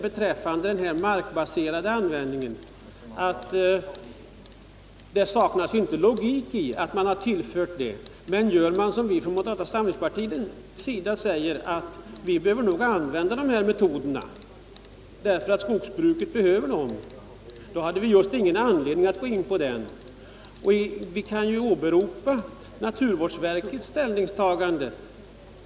Beträffande den markbaserade användningen sade jag att det inte saknades logik i den. Vi från moderata samlingspartiet har sagt att de olika metoderna bör användas därför att skogsbruket behöver dem. Låt mig åberopa naturvårdsverkets och arbetarskyddsstyrelsens ställningstaganden.